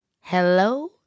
hello